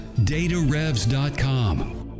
datarevs.com